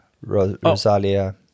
rosalia